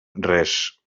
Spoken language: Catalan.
res